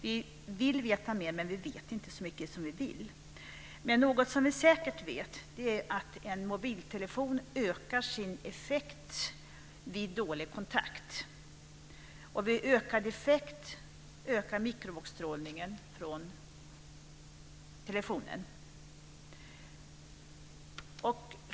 Vi vill veta mer, men vi vet inte så mycket som vi vill. Men något som vi säkert vet är att en mobiltelefon ökar sin effekt vid dålig kontakt. Vid ökad effekt ökar mikrovågsstrålningen från telefonen.